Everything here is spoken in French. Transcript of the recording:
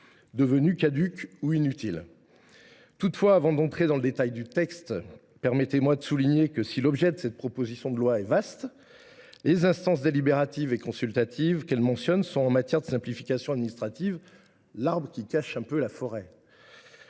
devenues caduques ou inutiles. Avant d’entrer dans le détail du texte, permettez moi de souligner que, si l’objet de cette proposition de loi est vaste, les instances délibératives et consultatives qui y sont mentionnées sont, en matière de simplification administrative, l’arbre qui cache la forêt.